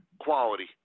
quality